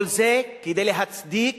כל זה כדי להצדיק